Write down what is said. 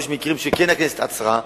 יש מקרים שהכנסת כן עצרה,